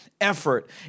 effort